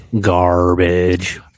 Garbage